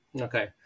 Okay